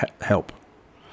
help